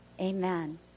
Amen